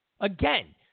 Again